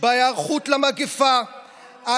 בהיערכות למגפה,